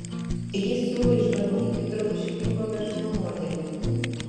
jis siūlo išbandyti dropšipingo verslo modelį